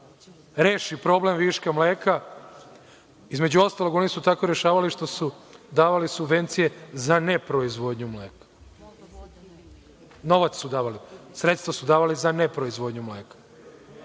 reši problem viška mleka. Između ostalog, oni su tako rešavali što su davali subvencije za ne proizvodnju mleka. Novac su davali, sredstva su davali za ne proizvodnju mleka.